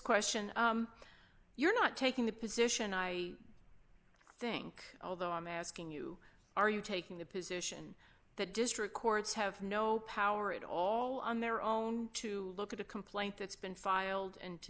question you're not taking the position i think although i'm asking you are you taking the position that just records have no power at all on their own to look at a complaint that's been filed and to